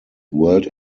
world